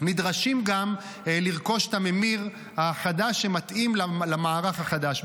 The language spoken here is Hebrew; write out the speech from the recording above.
גם נדרשים לרכוש את הממיר החדש שמתאים למערך החדש.